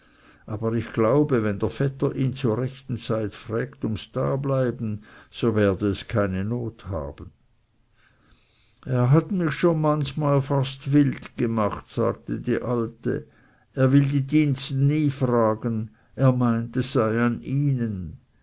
aber ich glaube wenn der vetter ihn zur rechten zeit frägt ums dableiben so werde es keine not haben er hat mich schon manchmal fast wild gemacht sagte die alte er will die diensten nie fragen er meint es sei an ihnen